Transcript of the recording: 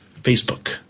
Facebook